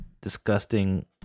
disgusting